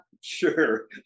Sure